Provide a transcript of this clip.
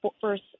first